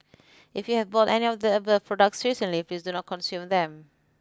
if you have bought any of the above products recently please do not consume them